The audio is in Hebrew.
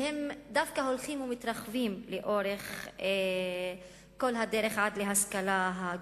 והם דווקא הולכים ומתרחבים לאורך כל הדרך עד להשכלה הגבוהה.